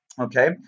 Okay